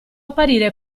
apparire